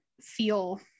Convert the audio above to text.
feel